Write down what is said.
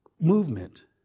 movement